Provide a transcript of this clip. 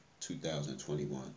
2021